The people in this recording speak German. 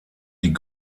die